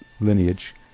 lineage